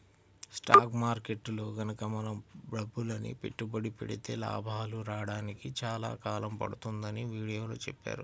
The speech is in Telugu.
స్టాక్ మార్కెట్టులో గనక మనం డబ్బులని పెట్టుబడి పెడితే లాభాలు రాడానికి చాలా కాలం పడుతుందని వీడియోలో చెప్పారు